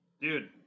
Dude